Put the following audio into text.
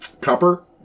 Copper